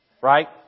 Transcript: Right